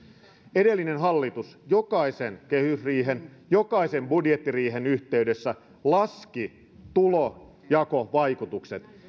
edellinen hallitus jokaisen kehysriihen jokaisen budjettiriihen yhteydessä laski tulonjakovaikutukset ja